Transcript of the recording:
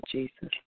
Jesus